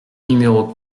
numéro